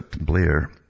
Blair